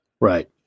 Right